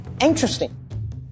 interesting